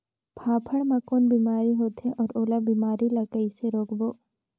फाफण मा कौन बीमारी होथे अउ ओला बीमारी ला कइसे रोकबो?